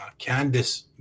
Candice